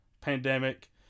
pandemic